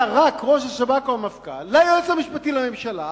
רק ראש השב"כ או המפכ"ל ליועץ המשפטי של הממשלה,